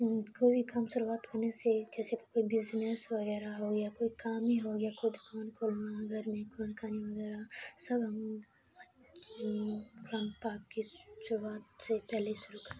کوئی بھی کام شروعات کرنے سے جیسے کہ کوئی بزنس وغیرہ ہو یا کوئی کام ہی ہو یا کوئی دکان گھر میں قرآن خوانی وغیرہ سب ہم کلام پاک کی شروعات سے پہلے شروع کر